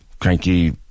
cranky